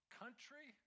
country